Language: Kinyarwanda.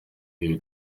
bihe